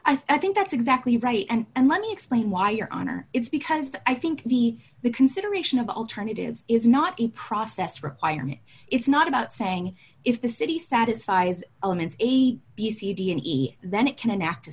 i think that's exactly right and and let me explain why your honor it's because i think the the consideration of alternatives is not a process requirement it's not about saying if the city satisfies elements a b c d and e then it can a